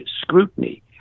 scrutiny